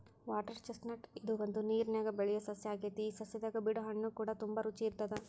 water chestnut ಇದು ಒಂದು ನೇರನ್ಯಾಗ ಬೆಳಿಯೊ ಸಸ್ಯ ಆಗೆತಿ ಈ ಸಸ್ಯದಾಗ ಬಿಡೊ ಹಣ್ಣುಕೂಡ ತುಂಬಾ ರುಚಿ ಇರತ್ತದ